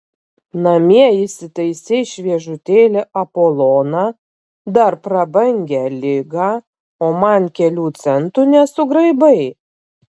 namie įsitaisei šviežutėlį apoloną dar prabangią ligą o man kelių centų nesugraibai